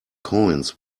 coins